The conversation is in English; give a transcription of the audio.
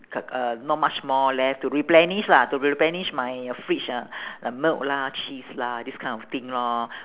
c~ uh not much more left to replenish lah to replenish my fridge uh like milk lah cheese lah this kind of thing lor